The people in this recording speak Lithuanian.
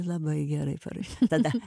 labai gerai parašyt tada